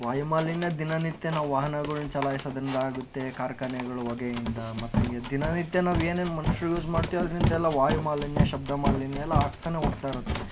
ವಾಯುಮಾಲಿನ್ಯ ದಿನನಿತ್ಯ ನಾವು ವಾಹನಗಳನ್ನ ಚಲಾಯಿಸೋದರಿಂದ ಆಗುತ್ತೆ ಕಾರ್ಖಾನೆಗಳ ಹೊಗೆಯಿಂದ ಮತ್ತು ಹಾಗೆ ದಿನನಿತ್ಯ ನಾವೇನೇನು ಮನುಷ್ಯರು ಯೂಸ್ ಮಾಡ್ತೀವೋ ಅದರಿಂದೆಲ್ಲ ವಾಯುಮಾಲಿನ್ಯ ಶಬ್ದ ಮಾಲಿನ್ಯ ಎಲ್ಲ ಆಗ್ತಾನೆ ಹೋಗ್ತಾಯಿರುತ್ತೆ